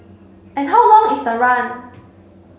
and how long is the run